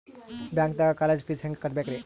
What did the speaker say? ಬ್ಯಾಂಕ್ದಾಗ college fees ಹೆಂಗ್ ಕಟ್ಟ್ಬೇಕ್ರಿ?